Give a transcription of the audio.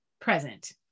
present